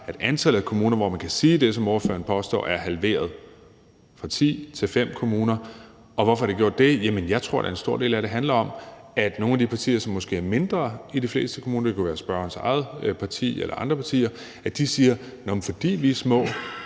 at antallet af kommuner, hvor man kan sige det, som ordføreren påstår, er halveret fra ti til fem kommuner. Og hvorfor er det halveret? Jamen jeg tror da, at en stor del af det handler om, at nogle af de partier, som måske er mindre i de fleste kommuner – det kunne være spørgerens eget parti eller andre partier – siger, at fordi de er små,